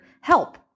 help